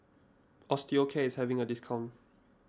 Osteocare is having a discount